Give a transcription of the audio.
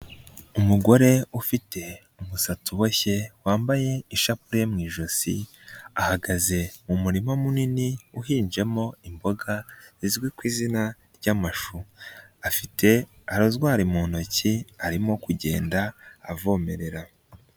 Umugore ufite umusatsi uboshye wambaye ishapule mu ijosi, ahagaze mu murima munini uhinzemo imboga zizwi ku izina ry'amashu, afite rozwari mu ntoki arimo kugenda avomerera.